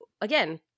again